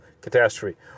catastrophe